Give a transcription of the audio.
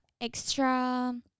extra